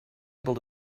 able